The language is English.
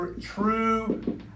true